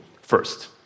first